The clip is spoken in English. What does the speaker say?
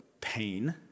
pain